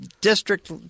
district